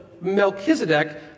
Melchizedek